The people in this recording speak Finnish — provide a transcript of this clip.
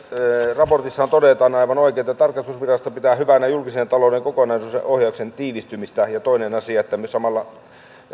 raportissahan todetaan aivan oikein että tarkastusvirasto pitää hyvänä julkisen talouden kokonaisuuden ohjauksen tiivistymistä ja toinen asia on että samalla